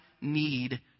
need